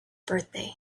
birthday